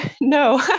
No